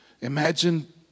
Imagine